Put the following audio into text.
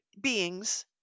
beings